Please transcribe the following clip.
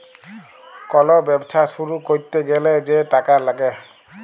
call ব্যবছা শুরু ক্যইরতে গ্যালে যে টাকা ল্যাগে